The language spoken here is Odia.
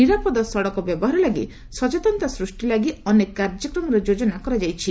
ନିରାପଦା ସଡ଼କ ବ୍ୟବହାର ଲାଗି ସଚେନତା ସୂଷ୍ଟି ଲାଗି ଅନେକ କାର୍ଯ୍ୟକ୍ରମର ଯୋଜନା କରାଯାଇଛି